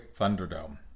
Thunderdome